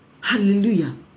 Hallelujah